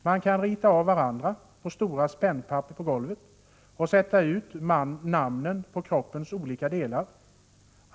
Man kan rita av varandra på stora spännpapper på golvet och sätta ut namnen på kroppens olika delar.